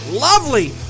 lovely